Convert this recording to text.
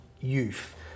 youth